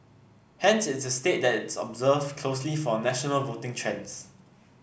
hence it's a state that is observed closely for national voting trends